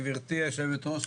גברתי היושבת-ראש,